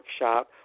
workshop